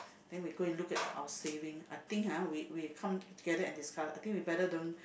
then we go look at our saving I think ha we we come together and discuss I think we better don't